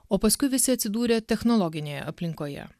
o paskui visi atsidūrė technologinėje aplinkoje